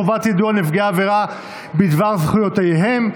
חובת יידוע נפגעי עבירה בדבר זכויותיהם),